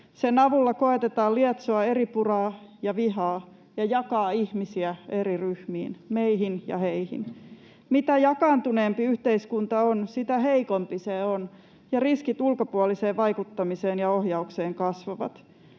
Sen avulla koetetaan lietsoa eripuraa ja vihaa ja jakaa ihmisiä eri ryhmiin, meihin ja heihin. Mitä jakaantuneempi yhteiskunta on, sitä heikompi se on, ja riskit ulkopuoliseen vaikuttamiseen ja ohjaukseen kasvavat.